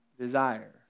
desire